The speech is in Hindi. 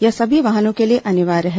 यह सभी वाहनों के लिए अनिवार्य है